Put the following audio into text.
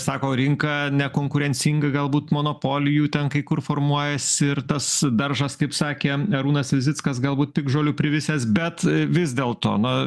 sako rinka nekonkurencinga galbūt monopolijų ten kai kur formuojasi ir tas daržas kaip sakė arūnas vizickas galbūt piktžolių privisęs bet vis dėlto na